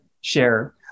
share